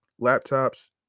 laptops